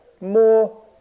more